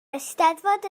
eisteddfod